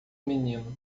menino